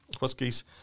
whiskies